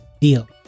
deal